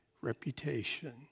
reputation